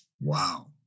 Wow